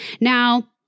Now